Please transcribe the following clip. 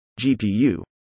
GPU